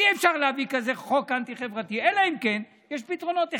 אי-אפשר להביא כזה חוק אנטי-חברתי אלא אם כן יש פתרונות.